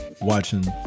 watching